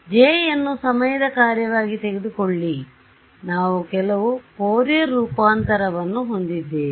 ಆದ್ದರಿಂದ J ಯನ್ನು ಸಮಯದ ಕಾರ್ಯವಾಗಿ ತೆಗೆದುಕೊಳ್ಳಿ ನಾವು ಕೆಲವು ಫೋರಿಯರ್ ರೂಪಾಂತರವನ್ನು ಹೊಂದಿದ್ದೇವೆ